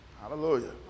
Hallelujah